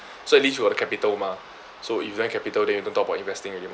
so at least you got the capital mah so if you don't have capital then don't talk about investing already mah